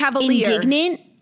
indignant